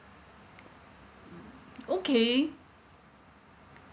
okay